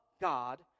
God